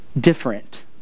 different